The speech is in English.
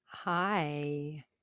Hi